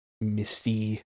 misty